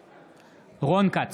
בעד רון כץ,